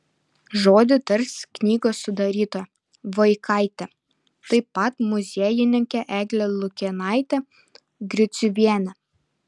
žodį tars knygos sudarytoja vaikaitė taip pat muziejininkė eglė lukėnaitė griciuvienė